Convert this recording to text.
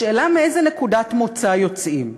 השאלה מאיזו נקודת מוצא יוצאים: